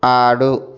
ఆడు